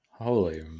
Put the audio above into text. holy